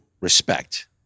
respect